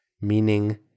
meaning